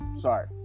Sorry